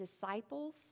disciples